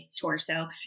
torso